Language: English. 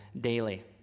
daily